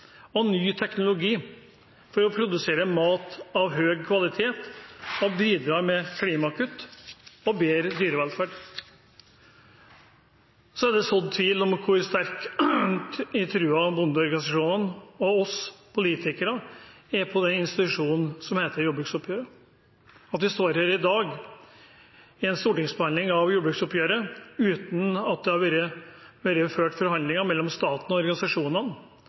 og ny teknologi for å produsere mat av høy kvalitet og bidra med klimakutt og bedre dyrevelferd. Det er sådd tvil om hvor sterk tro bondeorganisasjonene og vi politikere har på den institusjonen som heter jordbruksoppgjøret. At vi står her i dag i en stortingsbehandling av jordbruksoppgjøret uten at det har vært ført forhandlinger mellom staten og organisasjonene,